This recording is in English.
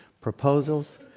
proposals